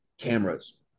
cameras